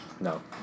No